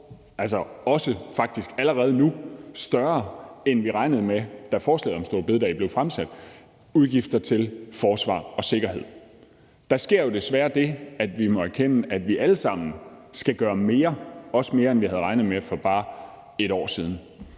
– faktisk allerede nu større, end vi regnede med, da forslaget om store bededag blev fremsat. Der sker jo desværre det, at vi må erkende, at vi alle sammen skal gøre mere, også mere, end vi havde regnet med for bare 1 år siden.